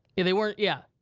yeah they weren't, yeah.